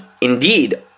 indeed